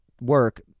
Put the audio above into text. work